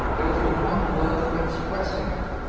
there is but one word for expressing it,